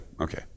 okay